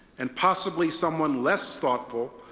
and possibly someone less thoughtful,